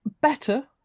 Better